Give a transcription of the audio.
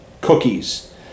cookies